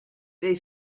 they